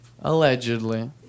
allegedly